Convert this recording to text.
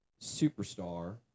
superstar